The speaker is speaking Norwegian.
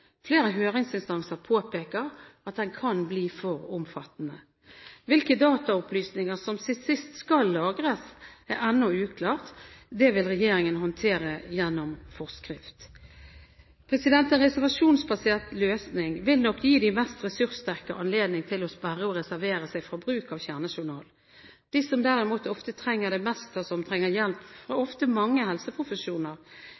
Flere høringsinstanser påpeker at den kan bli for omfattende. Hvilke dataopplysninger som til sist skal lagres, er ennå uklart, det vil regjeringen håndtere gjennom forskrift. En reservasjonsbasert løsning vil nok gi de mest ressurssterke anledning til å sperre og reservere seg fra bruk av kjernejournal. De som derimot ofte trenger det mest, og som ofte trenger hjelp